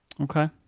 Okay